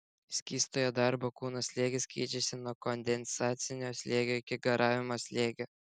skystojo darbo kūno slėgis keičiasi nuo kondensacinio slėgio iki garavimo slėgio